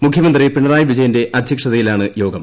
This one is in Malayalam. മുഖ്യമന്ത്രി പിണറായി വിജയന്റെ അധ്യക്ഷതയിലാണ് യോഗം